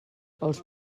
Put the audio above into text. els